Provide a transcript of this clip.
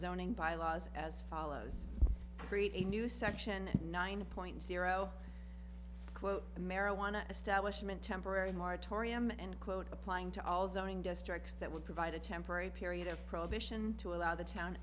zoning bylaws as follows create a new section nine point zero quote the marijuana establishment temporary moratorium and quote applying to all zoning districts that would provide a temporary period of prohibition to allow the town